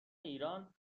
ایران